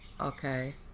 Okay